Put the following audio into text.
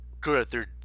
good